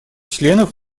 членов